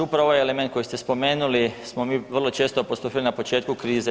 Upravo ovaj element koji ste spomenuli smo mi vrlo često apostrofirali na početku krize.